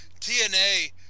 TNA